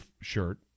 shirt